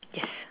yes